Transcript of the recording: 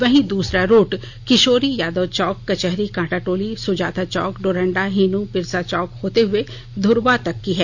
वहीं दूसरा रूट कि गोरी यादव चौक कचहरी कांटा टोली सुजाता चौक डोरंडा हिनू बिरसा चौक होते हुए धूर्वा चौक तक की है